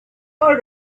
all